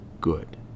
good